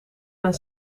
men